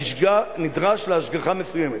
נדרש להשגחה מסוימת,